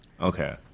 Okay